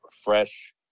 fresh